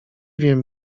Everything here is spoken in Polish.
wiem